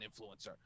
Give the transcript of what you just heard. influencer